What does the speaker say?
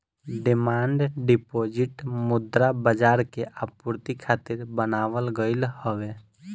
demand deposit मुद्रा बाजार के आपूर्ति खातिर बनावल गईल हवे